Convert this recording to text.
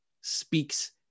speaks